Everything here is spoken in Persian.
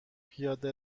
پیاده